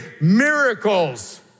Miracles